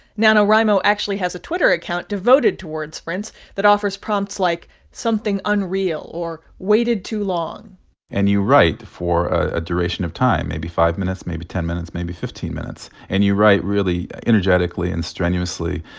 nanowrimo actually has a twitter account devoted towards sprints that offers prompts like something unreal or waited too long and you write for a duration of time, maybe five minutes, maybe ten minutes, maybe fifteen minutes. and you write really energetically and strenuously.